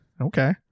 okay